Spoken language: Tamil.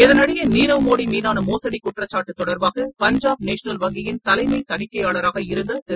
இதனிடையே நீரவ்மோடி மீதான மோசடி குற்றச்சாட்டு தொடர்பாக பஞ்சாப் நேஷனல் வங்கியின் தலைமை தணிக்கையாளராக இருந்த திரு